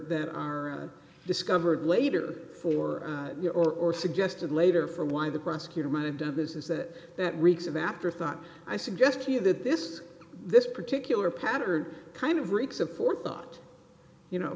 that are discovered later for you or suggested later for why the prosecutor might have done this is that that reeks of afterthought i suggest to you that this this particular pattern kind of reeks of forethought you know